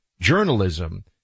journalism